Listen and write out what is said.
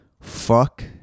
Fuck